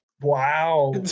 Wow